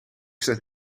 staat